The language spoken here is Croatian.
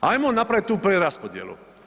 Ajmo napravit tu preraspodjelu.